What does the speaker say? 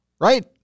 Right